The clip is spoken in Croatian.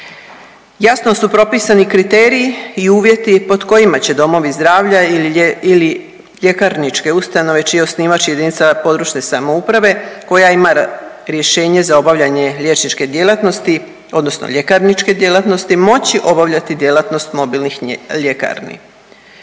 Jasno su propisani kriteriji i uvjeti pod kojima će domovi zdravlja ili ljekarničke ustanove čiji osnivač je jedinica područne samouprave koja ima rješenje za obavljanje liječničke djelatnosti odnosno ljekarničke djelatnosti, moći obavljati